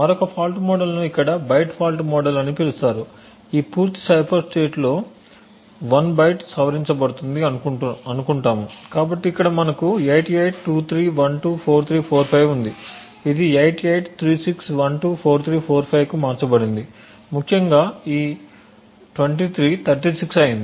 మరొక ఫాల్ట్ మోడల్ను ఇక్కడ బైట్ ఫాల్ట్ మోడల్అని పిలుస్తారు ఈ పూర్తి సైఫర్ స్టేట్ లో 1 బైట్ సవరించబడుతుంది అనుకుంటాము కాబట్టి ఇక్కడ మనకు 8823124345 ఉంది ఇది 8836124345 కు మార్చబడింది ముఖ్యంగా ఈ 23 36 అయింది